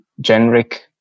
generic